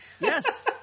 Yes